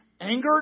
angered